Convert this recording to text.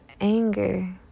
anger